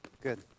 Good